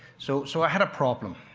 so so i had a problem.